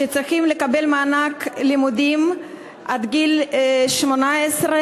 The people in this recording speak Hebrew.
שצריכים לקבל מענק לימודים עד גיל 18,